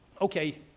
okay